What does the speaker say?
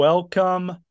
Welcome